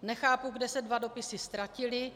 Nechápu, kde se dva dopisy ztratily.